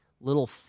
little